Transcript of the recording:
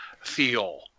feel